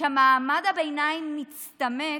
שמעמד הביניים מצטמק,